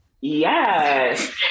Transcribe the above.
Yes